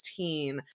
16